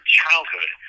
childhood